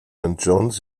john’s